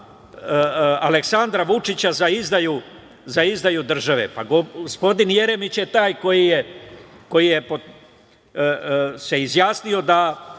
Aleksandra Vučića za izdaju države. Pa gospodin Jeremić je taj koji se izjasnio da